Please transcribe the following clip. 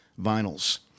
vinyls